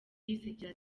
yisekera